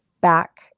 back